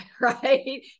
right